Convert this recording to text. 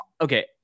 okay